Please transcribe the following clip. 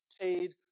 paid